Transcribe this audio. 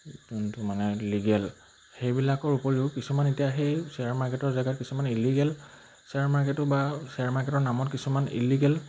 যোনটো মানে লিগেল সেইবিলাকৰ উপৰিও কিছুমান এতিয়া সেই শ্বেয়াৰ মাৰ্কেটৰ জেগাত কিছুমান ইলিগেল শ্বেয়াৰ মাৰ্কেটো বা শ্বেয়াৰ মাৰ্কেটৰ নামত কিছুমান ইলিগেল